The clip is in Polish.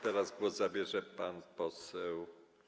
Teraz głos zabierze pan poseł.